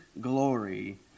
glory